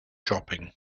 shopping